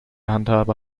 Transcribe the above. handhabe